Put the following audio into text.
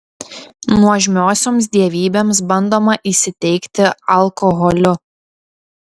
nuožmiosioms dievybėms bandoma įsiteikti alkoholiu